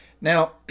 Now